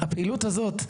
הפעילות הזאת,